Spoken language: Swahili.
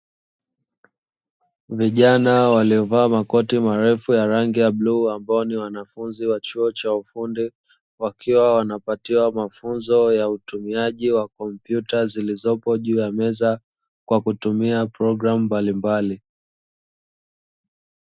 Vijana waliovaa makoti marefu ya rangi ya buluu ambao ni wanafunzi wa chuo cha ufundi, wakiwa wanapatiwa mafunzo ya utumiaji wa kompyuta zilizopo juu ya meza kwa kutumia programu mbalimbali.